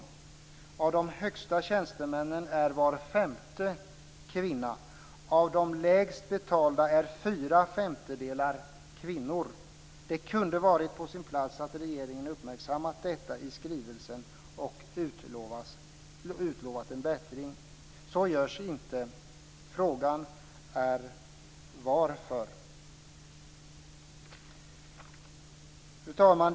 Bland de högsta tjänstemännen är var femte kvinna. Av de lägst betalda är fyra femtedelar kvinnor. Det kunde varit på sin plats att regeringen uppmärksammat detta i skrivelsen och utlovat en bättring. Så görs inte. Frågan är varför. Fru talman!